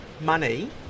money